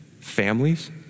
families